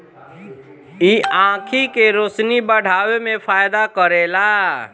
इ आंखी के रोशनी बढ़ावे में फायदा करेला